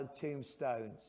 tombstones